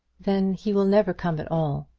then he will never come at all.